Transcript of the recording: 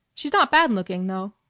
she's not bad-looking, though.